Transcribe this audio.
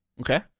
Okay